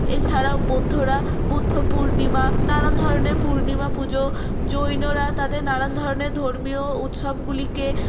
এছাড়াও বৌদ্ধরা বুদ্ধ পূর্ণিমা নানান ধরনের পূর্ণিমা পুজো জৈনরা তাদের নানান ধরনের ধর্মীয় উৎসবগুলিকে